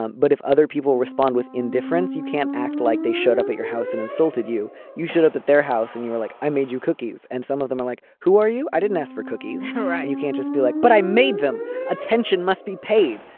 um but if other people respond with indifference you can't act like they showed up at your house and insulted you you showed up at their house and you were like i made you cookies and some of them are like who are you. i didn't ask for cookies all right and you can't just be like. but i made them attention must be paid.